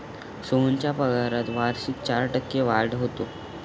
सोहनच्या पगारात वार्षिक चार टक्के वाढ होते